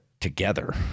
together